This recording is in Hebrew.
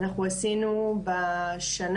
אנחנו עשינו בשנה,